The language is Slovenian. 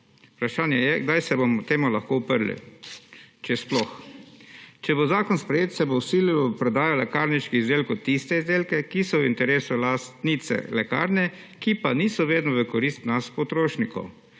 Vprašanje je, kdaj se bomo temu lahko uprli, če sploh. Če bo zakon sprejet, se bo vsililo v prodajo lekarniških izdelkov tiste izdelke, ki so v interesu lastnice lekarne, ki pa niso vedno v korist nas potrošnikov,